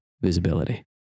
visibility